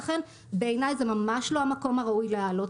לכן בעיניי זה ממש לא המקום הראוי להעלות